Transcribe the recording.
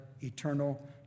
eternal